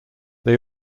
they